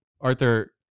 Arthur